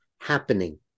happening